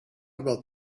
about